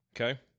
Okay